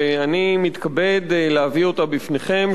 ואני מתכבד להביא אותה בפניכם,